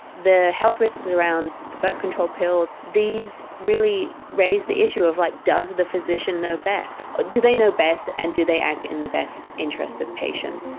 the health risks around the birth control pill. these really raised the issue of like does the physician knows best. do they know best and do they act in the best interests of patients